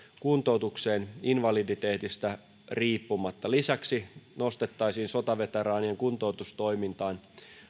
kuntoutukseen invaliditeetista riippumatta lisäksi nostettaisiin sotaveteraanien kuntoutustoimintaan